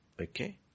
okay